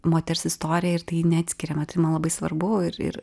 moters istoriją ir tai neatskiriama tai man labai svarbu ir ir